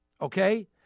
okay